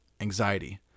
Anxiety